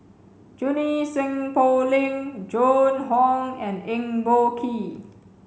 Junie Sng Poh Leng Joan Hon and Eng Boh Kee